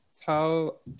tell